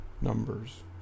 numbers